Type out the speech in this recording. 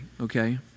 Okay